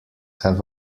have